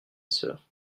sœur